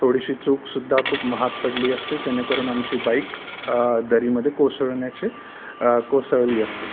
थोडीशी चूकसुद्धा खूप महाग पडली असती जेणेकरून आमची बाईक दरीमध्ये कोसळण्याची कोसळली असती